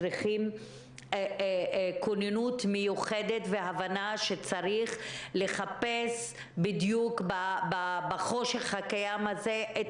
צריכים כוננות מיוחדת והבנה שצריך לחפש בדיוק בחושך הקיים הזה את